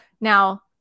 Now